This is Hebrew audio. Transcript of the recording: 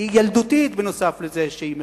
היא ילדותית, נוסף על זה שהיא מסוכנת.